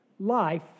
Life